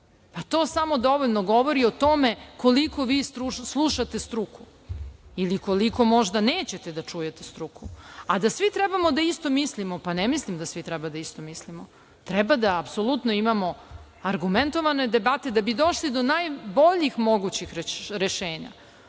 Pa, to samo dovoljno govori o tome koliko vi slušate struku ili koliko možda nećete da čujete struku. A da svi trebamo da isto mislimo, pa ne mislim da svi treba da isto mislimo. Treba da imamo argumentovane debate da bi došli do najboljih mogućih rešenja.